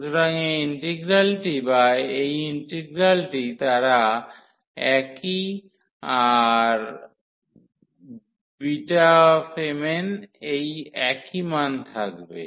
সুতরাং এই ইন্টিগ্রালটি বা এই ইন্টিগ্রালটি তারা একই আর Bmn এই একই মান থাকবে